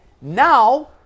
now